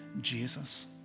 Jesus